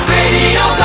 Radio